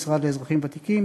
המשרד לאזרחים ותיקים,